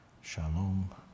shalom